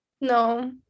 No